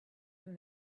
from